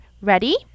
ready